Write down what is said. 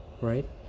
right